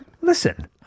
Listen